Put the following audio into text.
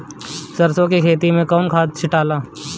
सरसो के खेती मे कौन खाद छिटाला?